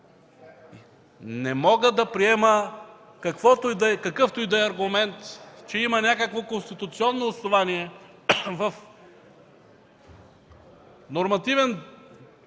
Не мога да приема какъвто и да е аргумент, че има някакво конституционно основание в нормативен